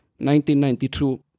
1992